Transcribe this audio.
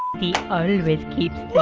he always keeps